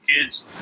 kids